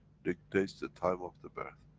dictates the time of the birth.